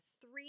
three